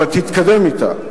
אבל תתקדם אתה,